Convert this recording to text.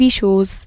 shows